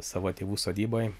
savo tėvų sodyboj